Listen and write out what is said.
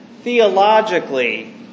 theologically